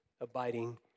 abiding